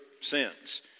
sins